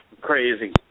crazy